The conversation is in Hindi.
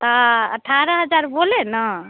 अठारह हज़ार बोले न